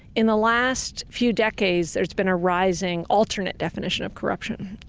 in the last few decades, there's been a rising alternate definition of corruption,